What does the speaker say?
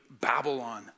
Babylon